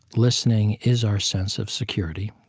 listening is our sense of security.